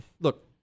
look